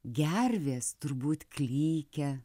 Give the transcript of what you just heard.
gervės turbūt klykia